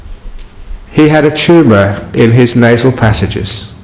he had a tumor in his nasal passages